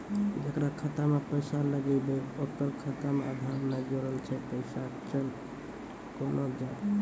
जेकरा खाता मैं पैसा लगेबे ओकर खाता मे आधार ने जोड़लऽ छै पैसा चल कोना जाए?